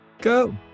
go